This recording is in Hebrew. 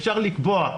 אפשר לקבוע,